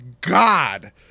God